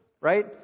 right